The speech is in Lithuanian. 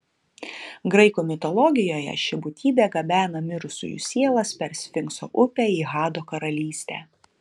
graikų mitologijoje ši būtybė gabena mirusiųjų sielas per sfinkso upę į hado karalystę